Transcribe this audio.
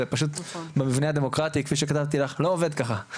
זה פשוט במבנה הדמוקרטי כפי שכתבתי לך לא עובד ככה,